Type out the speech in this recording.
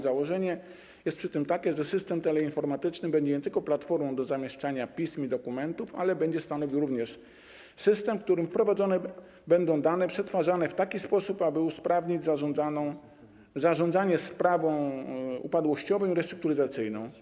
Założenie jest przy tym takie, że system teleinformatyczny będzie nie tylko platformą do zamieszczania pism i dokumentów, ale będzie stanowił również system, w którym wprowadzone będą dane przetwarzane w taki sposób, aby usprawnić zarządzanie sprawą upadłościową i restrukturyzacyjną.